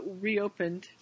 reopened